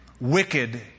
wicked